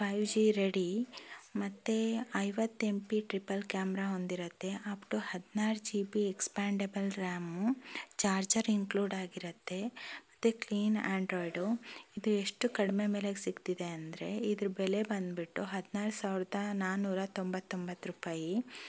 five G ready ಮತ್ತು ಐವತ್ತು M P triple camera ಹೊಂದಿರುತ್ತೆ ಅಪ್ಟು ಹದಿನಾರು G B expandable RAM charger include ಆಗಿರುತ್ತೆ ಮತ್ತು ಕ್ಲೀನ್ ಆಂಡ್ರಾಯ್ಡು ಇದೆಷ್ಟು ಕಡಿಮೆ ಬೆಲೆಗೆ ಸಿಕ್ತಿದೆ ಅಂದರೆ ಇದ್ರ ಬೆಲೆ ಬಂದುಬಿಟ್ಟು ಹದಿನಾರು ಸಾವಿರದ ನಾನ್ನೂರ ತೊಂಬತ್ತೊಂಬತ್ತು ರೂಪಾಯಿ